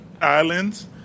Islands